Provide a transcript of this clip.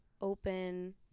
open